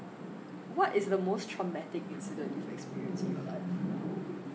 what is the most traumatic incident you've experienced in your life